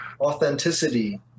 authenticity